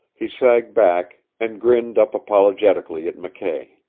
he sagged back, and grinned up apologetically at mckay.